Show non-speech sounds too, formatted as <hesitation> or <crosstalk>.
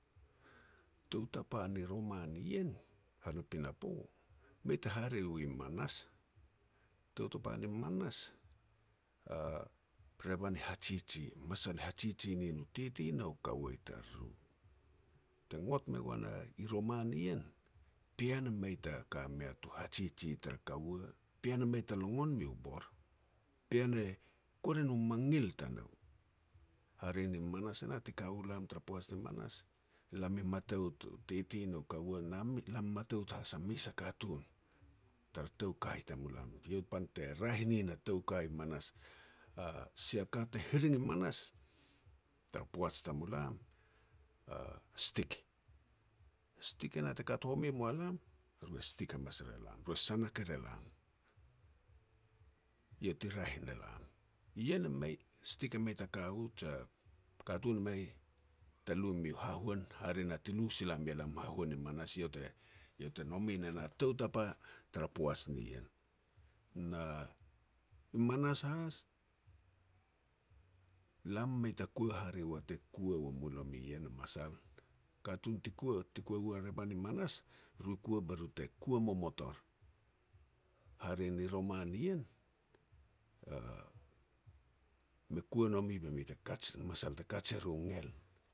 Tou tapa ni roman ien han a pinapo, mei ta hare wi manas. Tou tapa ni manas, a revan i hajiji, masal i hajiji nin u titi na u kaua i tariru. Te ngot me goan i roman ien, pean e mei ta ka mea tu hajiji ter kaua, pean mei ta longon meu bor, pean e kuer e no mangil tanou. Hare ni manas e nah ti ka u lam tara poaj ni nanas, lam i matout u titi na u kaua, na min <unintelligible> lam matout has a mes a katun, tar tou ka i tamilam, eiau pan te raeh nin a tou ka i manas. A sia ka te hiring i manas tara poaj tamulam, a stik. Stik e nah te kat home moa lam, ru stik hamas er e lam, ru e sanak er elam. Eiau ti raeh ne lam, ien e mei, stik e mei te ka u jia katun mei ta lu meau hahuan. Hare na ti lu sila mea lam a hahuan i manas eiau te-eiau te nome ne na tou tapa tara poaj nien. Na i manas has, lam mei ta kua hare ua te kua ua mu lomi ien a masal, katun ti kua, ti kua u a revan i manas, ru i kua be ru te kua momot or. Hare ni roman ien, <hesitation> me kua nomi be mi kaj, masal te kaj er u ngel.